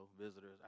visitors